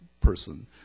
person